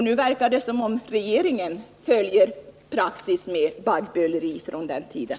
Nu verkar det som om regeringen följer praxis med baggböleri från den tiden.